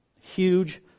Huge